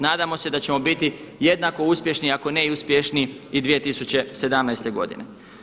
Nadamo se da ćemo biti jednako uspješni, ako ne i uspješniji i 2017. godine.